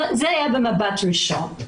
זה היה במבט ראשון.